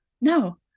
no